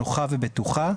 נוחה ובטוחה,